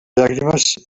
llàgrimes